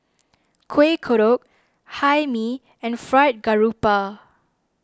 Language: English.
Kueh Kodok Hae Mee and Fried Garoupa